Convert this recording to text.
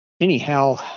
anyhow